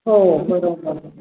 हो बरोबर